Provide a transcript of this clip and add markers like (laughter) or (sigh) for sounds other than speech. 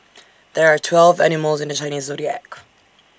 (noise) there are twelve animals in the Chinese Zodiac